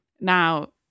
Now